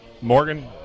Morgan